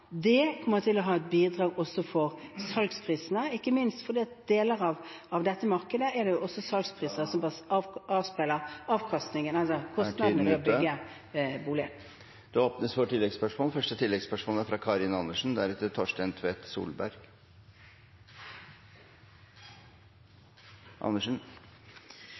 Det kommer til å være et bidrag også for salgsprisene, ikke minst fordi i deler av dette markedet er det også salgsprisene som avspeiler kostnadene ved å bygge bolig. Det